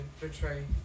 betray